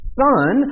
son